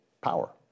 power